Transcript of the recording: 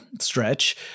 stretch